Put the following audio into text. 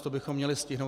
To bychom měli stihnout.